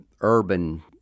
urban